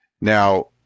Now